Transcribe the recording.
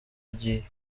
agiye